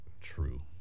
True